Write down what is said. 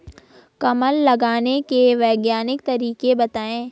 कमल लगाने के वैज्ञानिक तरीके बताएं?